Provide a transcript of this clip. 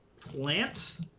plants